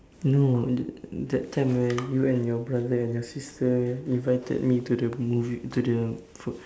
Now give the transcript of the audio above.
no that that time where you and your brother and your sister invited me to the movie to the food